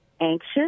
anxious